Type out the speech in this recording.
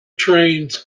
trains